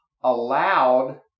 allowed